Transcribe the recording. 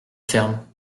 ferme